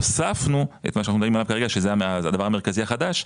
והוספנו את מה שאנחנו מדברים עליו כרגע שזה הדבר המרכזי החדש,